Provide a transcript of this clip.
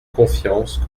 confiance